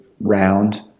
round